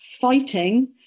fighting